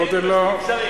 אין מספיק שרים.